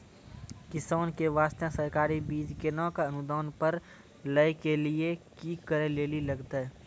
किसान के बास्ते सरकारी बीज केना कऽ अनुदान पर लै के लिए की करै लेली लागतै?